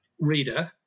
reader